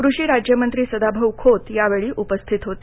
कृषी राज्यमंत्री सदाभाऊ खोत यावेळी उपस्थित होते